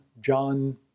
John